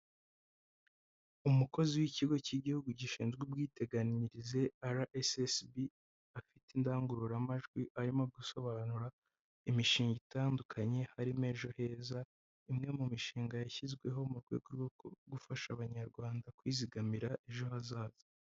Umukozi w'ikigo cy'igihugu gishinzwe ubwiteganyirize rssb, afite indangururamajwi arimo gusobanura imishinga itandukanye harimo ejo heza, imwe mu mishinga yashyizweho mu rwego rwo gufasha abanyarwanda kwizigamira ejo hazaza.